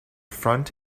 front